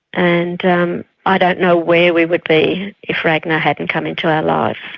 and um i don't know where we would be if ragnar hadn't come into our life.